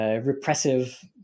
repressive